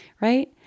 right